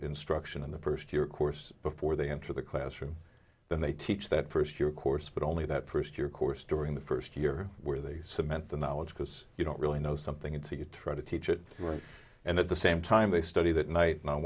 instruction in the first year course before they enter the classroom then they teach that first year course but only that first year course during the first year where they cement the knowledge because you don't really know something and so you try to teach it work and at the same time they study that night